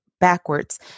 backwards